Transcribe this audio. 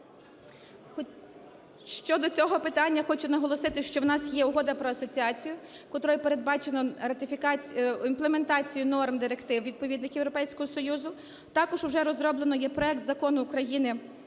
Щодо цього питання, хочу наголосити, що у нас є Угода про асоціацію, котрою передбачено імплементацію норм директив відповідних Європейського Союзу, також вже розроблено є проект Закону України